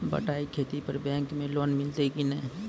बटाई खेती पर बैंक मे लोन मिलतै कि नैय?